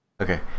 Okay